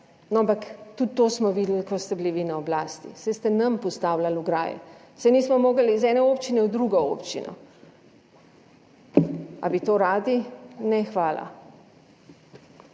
ampak tudi to smo videli, ko ste bili vi na oblasti, saj ste nam postavljali ograje, saj nismo mogli iz ene občine v drugo občino. A bi to radi? Ne, hvala.